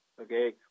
Okay